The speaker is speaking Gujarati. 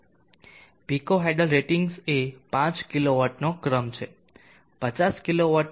પીકો હાઇડલ રેટિંગ્સ એ 5 કિલો વોટનો ક્રમ છે 50 કિલો વોટના ક્રમમાં માઇક્રો હાઇડલ છે